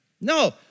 No